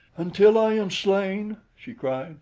until i am slain, she cried,